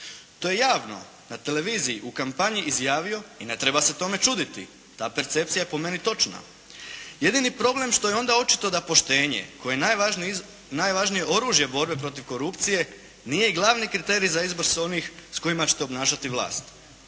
To je javno na televiziji u kampanji izjavio i ne treba se tome čuditi, ta percepcija je po meni točna. Jedini problem što je onda očito da poštenje koje je najvažnije oružje borbe protiv korupcije, nije i glavi kriterij za izbor onih s kojima ćete obnašati vlast.